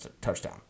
touchdown